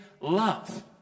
love